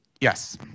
Yes